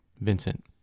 Vincent